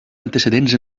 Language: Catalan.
antecedents